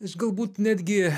aš galbūt netgi